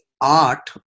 art